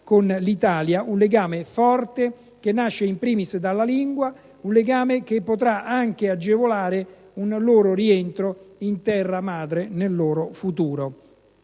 con l'Italia un legame forte che nasce, *in primis*, dalla lingua, un legame che potrà anche agevolare un loro rientro in terra madre nel futuro.